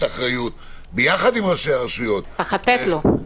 אחריות ביחד עם ראשי הרשויות -- צריך לתת לו.